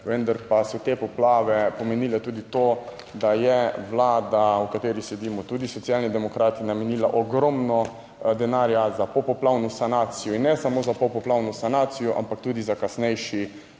vendar pa so te poplave pomenile tudi to, da je Vlada, v kateri sedimo tudi Socialni demokrati, namenila ogromno denarja za popoplavno sanacijo in ne samo za popoplavno sanacijo, ampak tudi za kasnejši